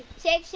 shake, shake,